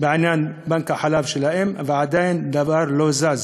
בעניין בנק חלב אם, ועדיין דבר לא זז.